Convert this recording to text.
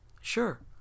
Sure